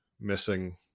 missing –